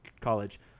college